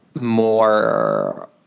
more